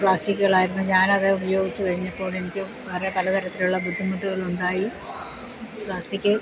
പ്ലാസ്റ്റിക്കുകളായിരുന്നു ഞാൻ അത് ഉപയോഗിച്ചു കഴിഞ്ഞപ്പോൾ എനിക്ക് വേറെ പല തരത്തിലുള്ള ബുദ്ധിമുട്ടുകളുണ്ടായി പ്ലാസ്റ്റിക്ക്